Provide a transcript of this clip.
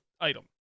item